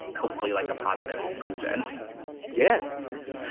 hopefully, like, a positive conclusion yeah, yeah.